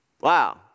Wow